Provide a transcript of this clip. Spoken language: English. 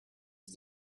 did